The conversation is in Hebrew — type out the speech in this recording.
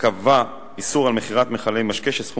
וקבע איסור על מכירת מכלי משקה שסכום